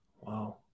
Wow